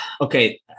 okay